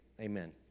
amen